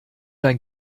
dein